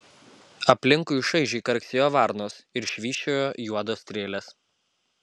aplinkui šaižiai karksėjo varnos ir švysčiojo juodos strėlės